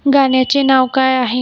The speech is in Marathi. गाण्याचे नाव काय आहे